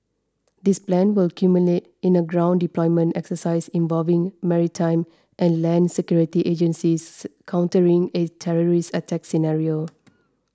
this plan will culminate in the ground deployment exercise involving maritime and land security agencies countering a terrorist attack scenario